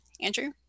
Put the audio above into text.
Andrew